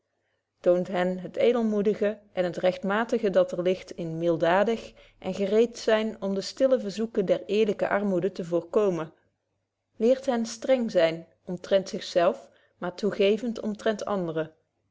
toont hen het edelmoedige en het rechtmatige dat er ligt in mildadig en gereed te zyn om de stille verzoeken der eerlyke armoede te voorkomen leert hen streng zyn omtrent zich zelf maar toegevend omtrent anderen